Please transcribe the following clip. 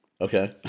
Okay